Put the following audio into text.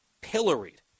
pilloried